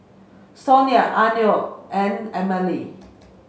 Sonia Arno and Emmalee